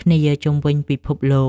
គ្នាជុំវិញពិភពលោក។